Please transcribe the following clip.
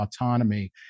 autonomy